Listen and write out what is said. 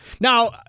Now